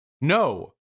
No